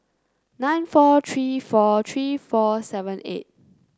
nine four three four three four seven eight